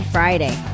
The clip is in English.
Friday